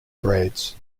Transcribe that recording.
breads